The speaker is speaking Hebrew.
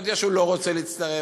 הודיעו שהם לא רוצים להצטרף.